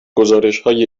گزارشهای